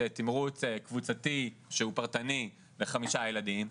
תמרוץ קבוצתי שהוא פרטני לחמישה ילדים,